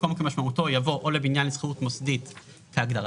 במקום "כמשמעותו" יבוא "או לבניין לשכירות מוסדית כהגדרתם".